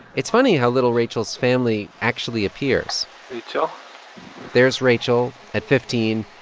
it's funny how little rachel's family actually appears rachel there's rachel at fifteen.